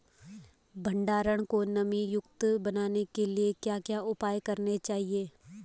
भंडारण को नमी युक्त बनाने के लिए क्या क्या उपाय करने चाहिए?